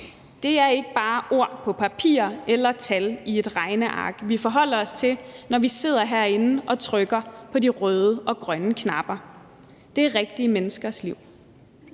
Det er ikke bare ord på papir eller tal i et regneark, vi forholder os til, når vi sidder herinde og trykker på de røde og grønne knapper – det er rigtige menneskers liv.